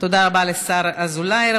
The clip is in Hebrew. תודה רבה לשר אזולאי.